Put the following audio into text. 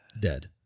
Dead